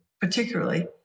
particularly